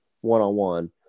one-on-one